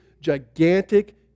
gigantic